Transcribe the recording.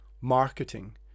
marketing